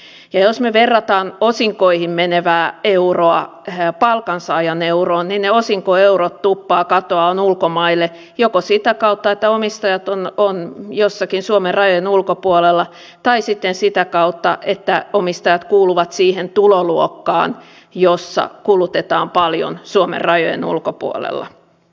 ja jos me vertaamme osinkoihin menevää euroa palkansaajan euroon niin ne osinkoeurot tuppaavat katoamaan ulkomaille joko sitä kautta että omistajat ovat jossakin suomen rajojen ulkopuolella tai sitten sitä kautta että omistajat kuuluvat siihen tuloluokkaan jossa kulutetaan paljon suomen rajojen ulkopuolella